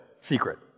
secret